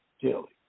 daily